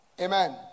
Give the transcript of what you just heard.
amen